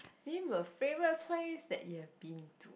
name a favourite place that you have been to